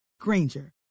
granger